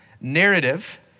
Narrative